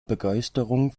begeisterung